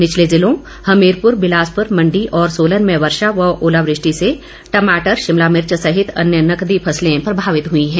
निचले जिलों हमीरपुर बिलासपुर मंडी और सोलन में वर्षा व ओलावृष्टि से टमाटर शिमला मिर्च सहित अन्य नकरी फसलें प्रभावित हुई हैं